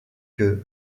que